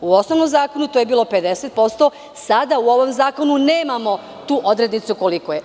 U osnovnom zakonu to je bilo 50%, sada u ovom zakonu nemamo tu odrednicu koliko je.